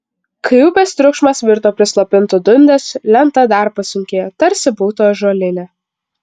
kai upės triukšmas virto prislopintu dundesiu lenta dar pasunkėjo tarsi būtų ąžuolinė